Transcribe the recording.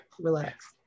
relax